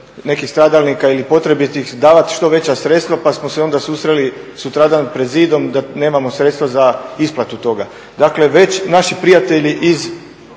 nekih stradalnika ili potrebitih davati što veća sredstva pa smo se onda susreli sutradan pred zidom da nemamo sredstva za isplatu toga. Dakle već naši prijatelji iz